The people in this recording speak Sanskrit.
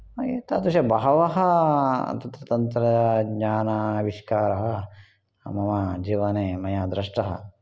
एतादृश बहवः तन्त्रज्ञानाविष्कारः मम जीवने मया दृष्टः